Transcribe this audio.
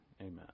Amen